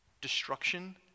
Destruction